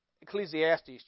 Ecclesiastes